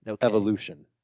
evolution